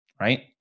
right